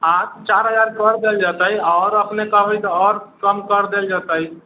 आ चारि हजार करि देल जेतै आओर अपने कहबै तऽ आओर कम करि देल जेतै